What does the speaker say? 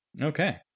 Okay